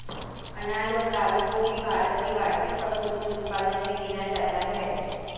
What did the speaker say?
अनाज और दालों को भी भारत की वार्षिक फसलों के उत्पादन मे गिना जाता है